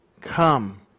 Come